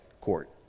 court